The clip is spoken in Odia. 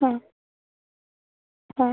ହଁ ହଁ